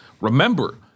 remember